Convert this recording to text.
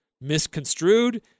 misconstrued